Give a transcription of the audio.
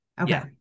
Okay